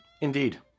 Indeed